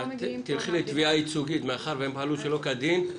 תלכי לתביעה ייצוגית מאחר והם פעלו שלא כדין.